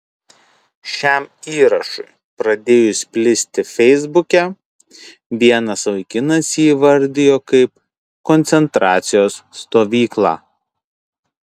šiam įrašui pradėjus plisti feisbuke vienas vaikinas jį įvardijo kaip koncentracijos stovyklą